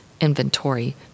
inventory